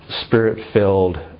spirit-filled